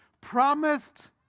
Promised